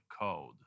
code